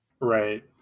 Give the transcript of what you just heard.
Right